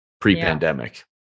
pre-pandemic